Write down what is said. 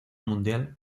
mundial